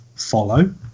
follow